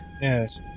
Yes